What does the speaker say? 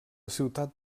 ciutat